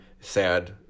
sad